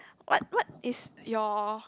what what is your